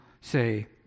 say